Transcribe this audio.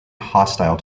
hostile